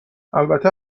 البته